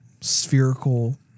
spherical